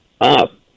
up